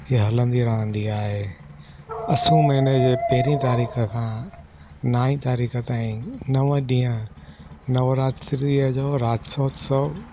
हिए हलंदी रहंदी आहे असू महिने जे पहिरीं तारीख़ खां नाई तारीख़ ताईं नव ॾींहं नवरात्रीअ जो राति जो उत्सव